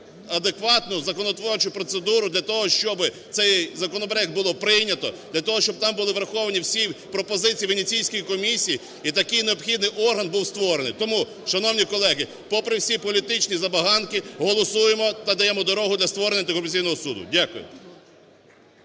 адекватну законотворчу процедуру для того, щоби цей законопроект було прийнято для того, щоб там були враховані всі пропозиції Венеційської комісії, і такий необхідний орган був створений. Тому, шановні колеги, попри всі політичні забаганки, голосуємо та даємо дорогу для створення